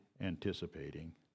anticipating